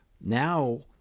now